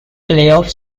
playoff